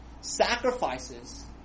sacrifices